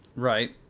Right